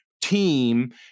team